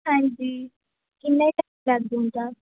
ਹਾਂਜੀ ਕਿੰਨਾ ਹੀ ਟਾਈਮ ਲੱਗ ਜਾਂਦਾ